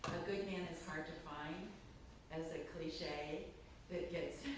good man is hard to find as a cliche that gets,